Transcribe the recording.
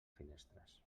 finestres